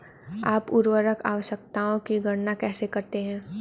आप उर्वरक आवश्यकताओं की गणना कैसे करते हैं?